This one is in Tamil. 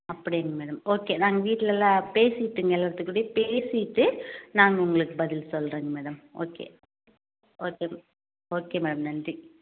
அப்படிங்களா மேடம் ஓகே நாங்கள் வீட்டிலலாம் பேசிவிட்டுங்க எல்லாத்துக்கூடயும் பேசிவிட்டு நாங்கள் உங்களுக்கு பதில் சொல்லுறேங்க madam okay okay okay madam நன்றி